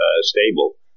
stable